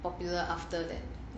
popular after that